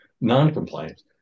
non-compliance